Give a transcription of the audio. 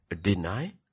deny